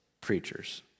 preachers